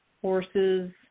horses